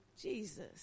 Jesus